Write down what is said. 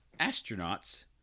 Astronauts